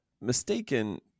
mistaken